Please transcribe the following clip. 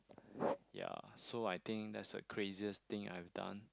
ya so I think that's a craziest thing I have done